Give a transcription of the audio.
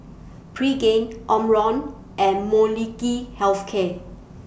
Pregain Omron and Molnylcke Health Care